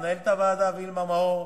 למנהלת הוועדה וילמה מאור,